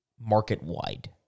market-wide